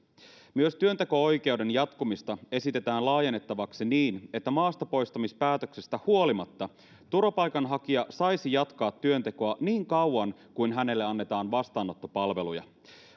myös työnteko oikeuden jatkumista esitetään laajennettavaksi niin että maastapoistamispäätöksestä huolimatta turvapaikanhakija saisi jatkaa työntekoa niin kauan kuin hänelle annetaan vastaanottopalveluja